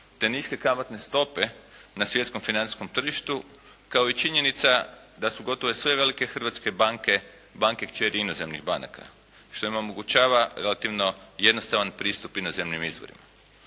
te niske kamatne stope na svjetskom financijskom tržištu, kao i činjenica da su gotovo sve velike hrvatske banke banke kćeri inozemnih banaka, što im omogućava relativno jednostavan pristup inozemnih izvorima.